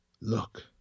look